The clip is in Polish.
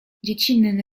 dziecinny